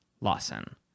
Lawson